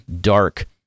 dark